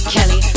Kelly